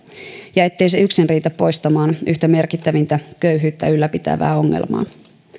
ja ettei se yksin riitä poistamaan yhtä merkittävintä köyhyyttä ylläpitävää ongelmaa